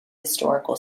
historical